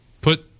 put